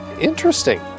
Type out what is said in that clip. interesting